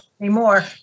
anymore